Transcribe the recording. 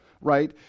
right